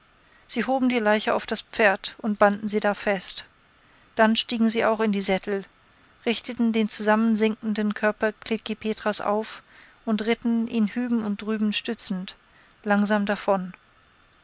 sie hoben die leiche auf das pferd und banden sie da fest dann stiegen sie auch in die sättel richteten den zusammensinkenden körper klekih petras auf und ritten ihn hüben und drüben stützend langsam davon